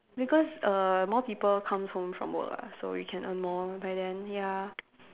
because err more people come home from work [what] so we can earn more by then ya